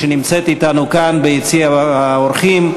שנמצאת אתנו כאן ביציע האורחים.